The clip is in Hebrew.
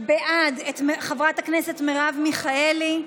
את חברת הכנסת מרב מיכאלי,